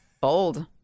Bold